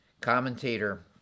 Commentator